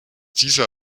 dieser